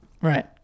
Right